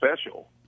special